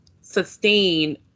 sustain